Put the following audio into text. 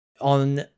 on